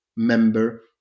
member